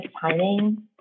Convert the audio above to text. timing